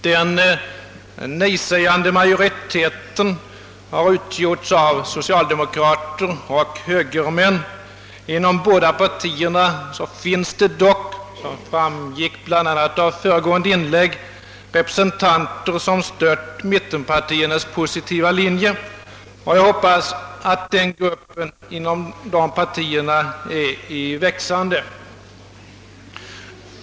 Den nejsägande majoriteten har utgjorts av socialdemokrater och högermän. Inom båda partierna finns dock, såsom framgick bl.a. av föregående inlägg, representanter som. stött mittenpartiernas positiva linje, och jag hoppas att denna grupp inom de båda partierna växer.